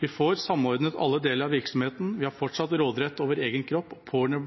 Vi får samordnet alle deler av virksomheten, vi har fortsatt råderett over egen kropp, og